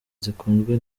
zikunzwe